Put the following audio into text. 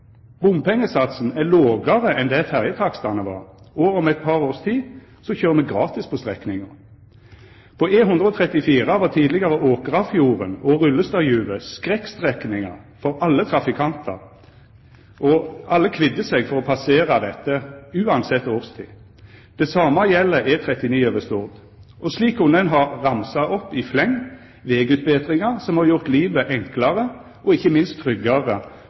Bompengesatsen er lågare enn det ferjetakstane var, og om eit par års tid køyrer me gratis på strekninga. På E134 var tidlegare Åkrafjorden og Rullestadjuvet skrekkstrekningar som alle trafikantar kvidde seg for å passera uansett årstid. Det same gjeld E39 over Stord. Slik kunne ein ha ramsa opp i fleng vegutbetringar som har gjort livet enklare og ikkje minst tryggare